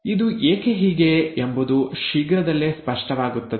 ಇದು ಏಕೆ ಹೀಗೆ ಎಂಬುದು ಶೀಘ್ರದಲ್ಲೇ ಸ್ಪಷ್ಟವಾಗುತ್ತದೆ